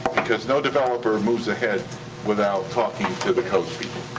because no developer moves ahead without talking to the codes people.